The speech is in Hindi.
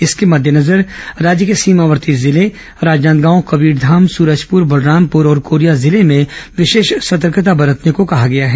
इसके मद्देनजर राज्य के सीमावर्ती जिले राजनाँदगांव कबीरधाम सूरजपुर बलरामपुर और कोरिया जिले में विशेष सतर्कता बरतने कहा गया है